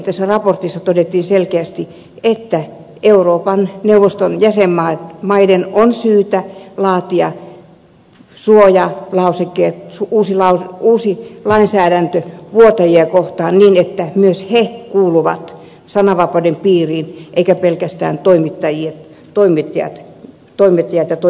tässä raportissa todettiin selkeästi että euroopan neuvoston jäsenmaiden on syytä laatia uusi lainsäädäntö vuotajia kohtaan niin että myös he kuuluvat sananvapauden piiriin eivätkä pelkästään toimittajat ja toimittajien lähteet